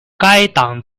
该党